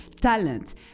talent